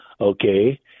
okay